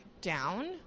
down